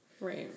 right